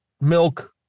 milk